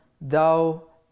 thou